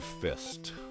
fist